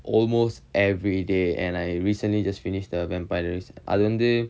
almost every day and I recently just finish the vampires diaries அது வந்து:athu vanthu